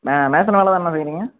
அண்ணே நேத்தநல்லூரில் தானே இருக்கறீங்க